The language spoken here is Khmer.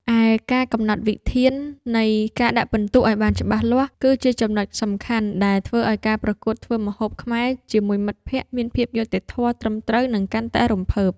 ឯការកំណត់វិធាននៃការដាក់ពិន្ទុឱ្យបានច្បាស់លាស់ គឺជាចំណុចសំខាន់ដែលធ្វើឱ្យការប្រកួតធ្វើម្ហូបខ្មែរជាមួយមិត្តភក្តិមានភាពយុត្តិធម៌ ត្រឹមត្រូវ និងកាន់តែរំភើប។